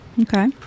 Okay